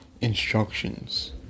instructions